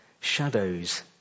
shadows